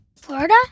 Florida